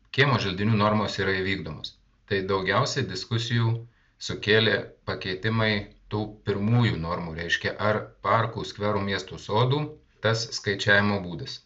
kiemo želdinių normos yra įvykdomos tai daugiausiai diskusijų sukėlė pakeitimai tų pirmųjų normų reiškia ar parkų skverų miestų sodų tas skaičiavimo būdas